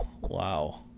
wow